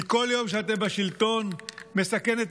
כי כל יום שבו אתם בשלטון מסכן את